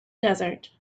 desert